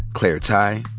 claire tighe,